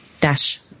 dash